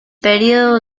periodo